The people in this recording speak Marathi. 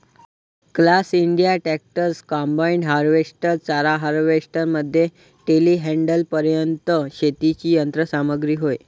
class India tractors, combine harvester, चारा हार्वेस्टर मध्ये टेलीहँडलरपर्यंत शेतीची यंत्र सामग्री होय